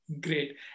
great